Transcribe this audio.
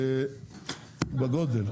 בגודל,